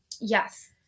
Yes